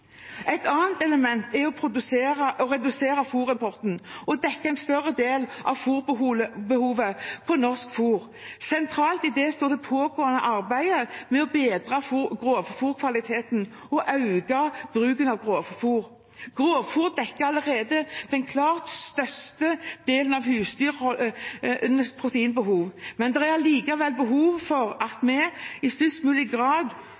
Et annet element er å redusere fôrimporten og dekke en større del av fôrbehovet med norsk fôr. Sentralt i det står det pågående arbeidet med å bedre grovfôrkvaliteten og øke bruken av grovfôr. Grovfôr dekker allerede den klart største delen av husdyrenes proteinbehov, men det er likevel behov for at vi i størst mulig grad